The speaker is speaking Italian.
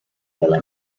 dalla